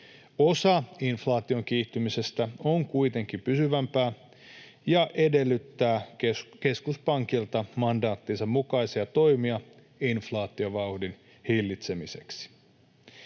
Osa inflaation kiihtymisestä on kuitenkin pysyvämpää ja edellyttää keskuspankilta mandaattinsa mukaisia toimia inflaatiovauhdin hillitsemiseksi.